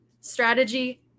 strategy